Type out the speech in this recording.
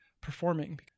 performing